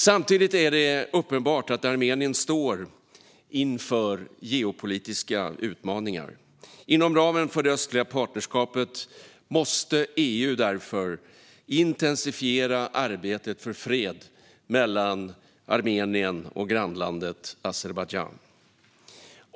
Samtidigt är det uppenbart att Armenien står inför geopolitiska utmaningar. Inom ramen för det östliga partnerskapet måste EU därför intensifiera arbetet för fred mellan Armenien och grannlandet Azerbajdzjan.